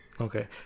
okay